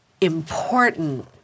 important